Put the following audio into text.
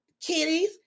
kitties